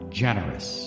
generous